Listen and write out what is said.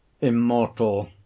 immortal